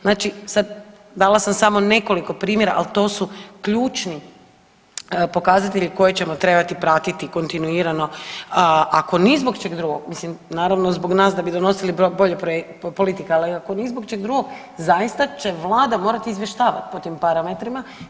Znači sad, dala sam samo nekoliko primjera, al to su ključni pokazatelji koje ćemo trebati pratiti kontinuirano ako ni zbog čeg drugog, mislim naravno zbog nas da bi donosili bolje politike, ali ako ni zbog čeg drugog zaista će vlada morat izvještavat po tim parametrima.